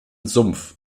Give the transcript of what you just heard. sumpf